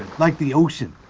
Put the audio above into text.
like the ocean.